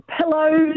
pillows